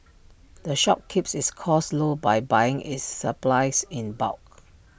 the shop keeps its costs low by buying its supplies in bulk